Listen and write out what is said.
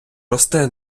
росте